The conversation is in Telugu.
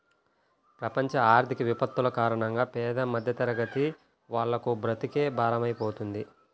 ప్రపంచ ఆర్థిక విపత్తుల కారణంగా పేద మధ్యతరగతి వాళ్లకు బ్రతుకే భారమైపోతుంది